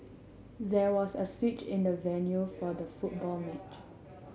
there was a switch in the venue for the football match